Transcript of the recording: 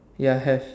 ya have